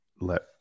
let